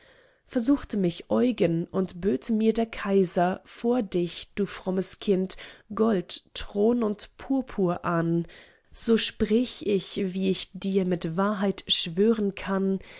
versuchte mich eugen und böte mir der kaiser vor dich du frommes kind gold thron und purpur an so spräch ich wie ich dir mit wahrheit schwören kann